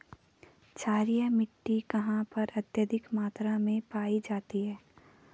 क्षारीय मिट्टी कहां पर अत्यधिक मात्रा में पाई जाती है?